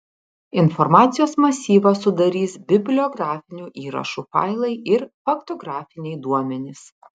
informacijos masyvą sudarys bibliografinių įrašų failai ir faktografiniai duomenys